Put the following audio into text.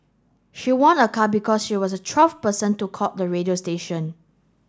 she won a car because she was the twelfth person to call the radio station